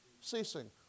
ceasing